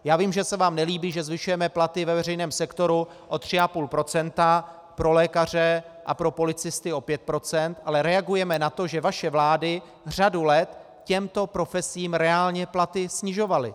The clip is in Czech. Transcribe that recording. Já vím, že se vám nelíbí, že zvyšujeme platy ve veřejném sektoru o 3,5 %, pro lékaře a pro policisty o 5 %, ale reagujeme na to, že vaše vlády řadu let těmto profesím reálně platy snižovaly.